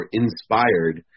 inspired